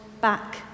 back